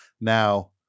Now